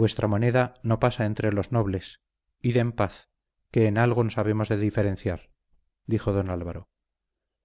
vuestra moneda no pasa entre los nobles id en paz que en algo nos habemos de diferenciar dijo don álvaro